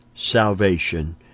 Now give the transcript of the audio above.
Salvation